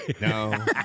No